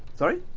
sorry?